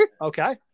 Okay